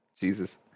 Jesus